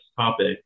topic